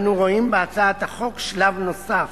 אנו רואים בהצעת החוק שלב נוסף